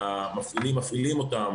והמפעילים מפעילים אותם